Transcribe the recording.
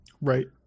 right